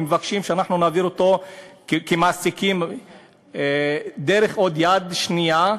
ומבקשים שאנחנו נעביר אותו כמעסיקים דרך עוד יד שנייה.